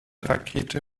rakete